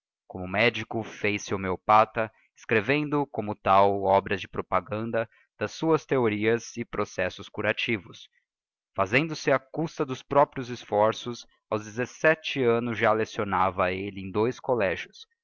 como medico fez-se homeopatha escrevendo como tal obras de propaganda das suas theorias e processos curativos fazendo-se á custa dos próprios esforços aos dezesete annos já leccionava elle em dois collegios